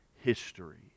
history